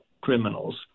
criminals